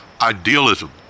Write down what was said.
idealism